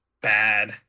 bad